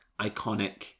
iconic